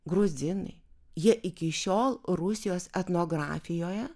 gruzinai jie iki šiol rusijos etnografijoje